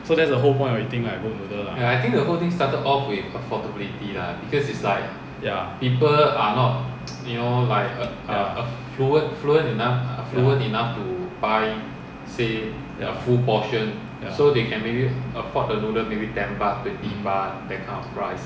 so that's the whole point of eating like boat noodle lah ya ya